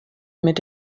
mit